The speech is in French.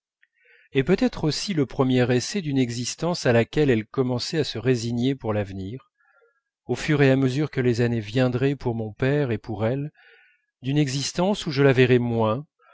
et peut-être aussi le premier essai d'une existence à laquelle elle commençait à se résigner pour l'avenir au fur et à mesure que les années viendraient pour mon père et pour elle d'une existence où je la verrais moins